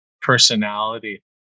personality